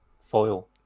foil